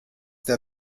der